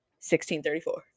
1634